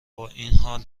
بااینحال